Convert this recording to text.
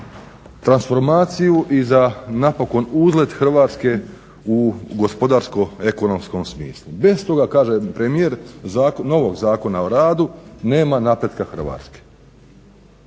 transformaciju i za napokon uzlet Hrvatske u gospodarsko-ekonomskom smislu. Bez toga, kaže premijer, novog Zakona o radu nema napretka Hrvatske.